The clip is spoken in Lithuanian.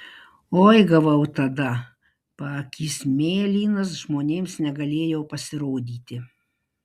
oi gavau tada paakys mėlynas žmonėms negalėjau pasirodyti